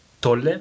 Tolle